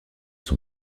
son